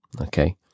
okay